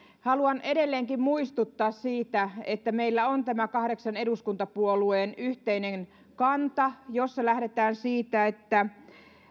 haluan edelleenkin muistuttaa siitä että meillä on tämä kahdeksan eduskuntapuolueen yhteinen kanta jossa lähdetään siitä että